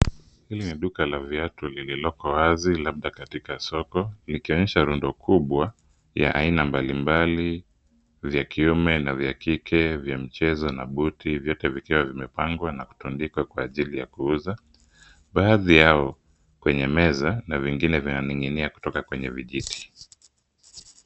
Hili ni duka la viatu lililoko wazi, labda katika soko likionyesha rundo kubwa ya aina mbalimbali vya kiume na vya kike, vya michezo na buti, vyote vikiwa vimepangwa na kutundikwa kwa ajili ya kuuza. Baadhi yao kwenye meza na vingine vinaning'inia kwenye vijiti.